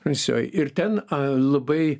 rusioj ir ten labai